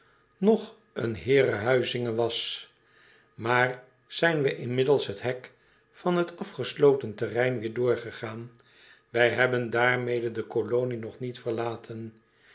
nog een heerenhuizinge was maar zijn wij inmiddels het hek van het afgesloten terrein weêr doorgegaan wij hebben daarmede de colonie nog niet verlaten